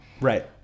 Right